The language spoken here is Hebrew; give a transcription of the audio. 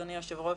אדוני היושב-ראש,